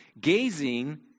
gazing